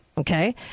Okay